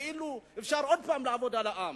כאילו אפשר עוד הפעם לעבוד על העם.